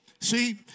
See